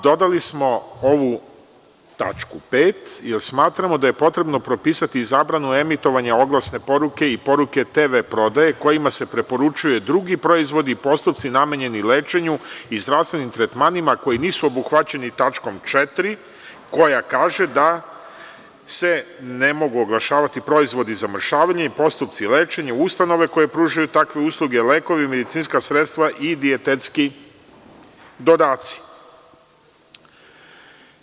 Dodali smo ovu tačku 5), jer smatramo da je potrebno propisati i zabranu emitovanja oglasne poruke i poruke TV prodaje kojima se preporučuju drugi proizvodi i postupci namenjeni lečenju i zdravstvenim tretmanima koji nisu obuhvaćeni tačkom 4), koja kažeda se ne mogu oglašavati proizvodi za mršavljenje i postupci lečenja, ustanove koje pružaju takve usluge, lekovi, medicinska sredstva i dijetetski dodaci.